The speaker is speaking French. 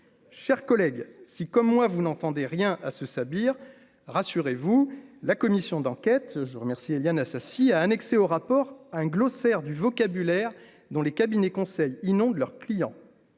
chers collègues si comme moi vous n'entendez rien à ce sabir, rassurez-vous, la commission d'enquête, je vous remercie, Éliane Assassi a annexée au rapport un glossaire du vocabulaire dans les cabinets conseils inondent leurs clients